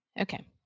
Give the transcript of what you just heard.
Okay